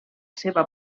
seva